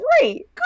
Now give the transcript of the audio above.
great